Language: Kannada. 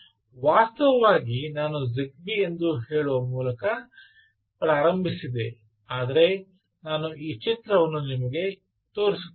ವಾಸ್ತವವಾಗಿ ನಾನು ಜಿಗ್ಬೀ ಎಂದು ಹೇಳುವ ಮೂಲಕ ಪ್ರಾರಂಭಿಸಿದೆ ಆದರೆ ನಾನು ಈ ಚಿತ್ರವನ್ನು ನಿಮಗೆ ತೋರಿಸುತ್ತಿದ್ದೇನೆ